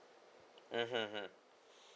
mm mm mm